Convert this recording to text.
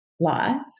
loss